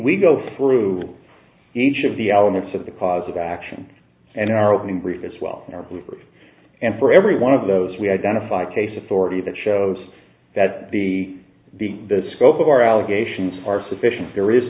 we go through each of the elements of the cause of action and in our opening brief as well and for every one of those we identified case authority that shows that the the scope of our allegations are sufficient there is